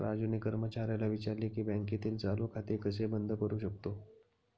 राजूने कर्मचाऱ्याला विचारले की बँकेतील चालू खाते कसे बंद करू शकतो?